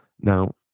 Now